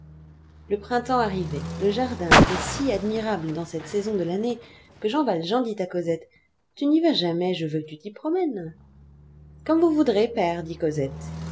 le printemps arrivait le jardin était si admirable dans cette saison de l'année que jean valjean dit à cosette tu n'y vas jamais je veux que tu t'y promènes comme vous voudrez père dit cosette